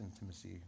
intimacy